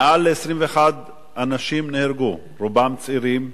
מעל 21 אנשים נהרגו, רובם צעירים,